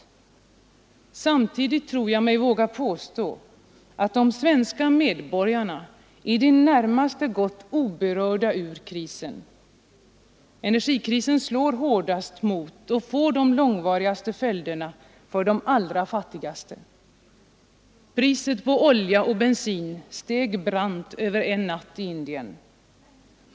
Samtidigt tror jag mig våga påstå att de svenska medborgarna i det närmaste gått oberörda ur krisen. Energikrisen slår hårdast mot och får de långvarigaste följderna för de allra fattigaste. Priset på olja och bensin steg brant över en natt i Indien.